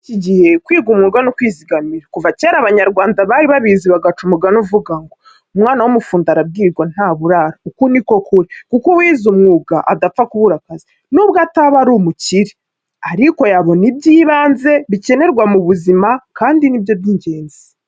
Muri iki gihe kwiga umwuga ni ukwizigamira. Kuva cyera abanyarwanda bari babizi, bagaca umugani uvuga ngo: ''Umwana w'umufundi arabwirirwa ntaburara.'' Uko ni ukuri, kuko uwize umwuga adapfa kubura akazi, n'ubwo ataba umukire ariko yabona iby'ibanze bikenerwa mu buzima, kandi ni byo by'ingenzi.